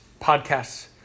podcasts